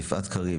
יפעת קריב,